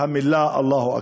"אללהו אכבר".